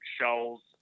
shells